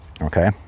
okay